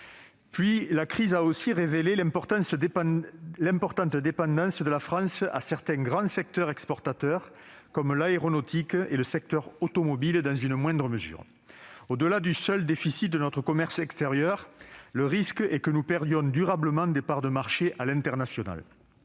La crise a aussi révélé l'importante dépendance de notre économie à certains grands secteurs exportateurs comme l'aéronautique et, dans une moindre mesure, l'automobile. Au-delà du seul déficit de notre commerce extérieur, le risque est que nous perdions durablement des parts de marchés à l'international.